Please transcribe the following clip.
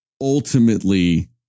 ultimately